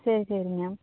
சரி சரிங்க